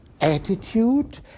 attitude